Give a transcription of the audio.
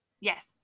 Yes